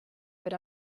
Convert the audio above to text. per